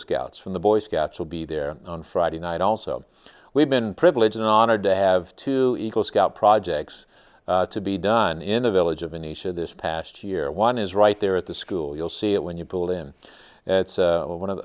scouts from the boy scouts will be there on friday night also we've been privileged and honored to have two eagle scout projects to be done in a village of a nation this past year one is right there at the school you'll see it when you pull him it's one of one of